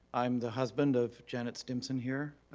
i'm the husband of janet stimpson here,